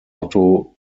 otto